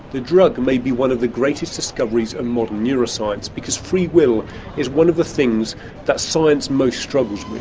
the drug may be one of the greatest discoveries of modern neuro-science, because free will is one of the things that science most struggles with.